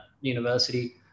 university